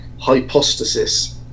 hypostasis